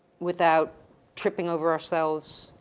without tripping over ourselves?